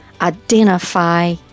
identify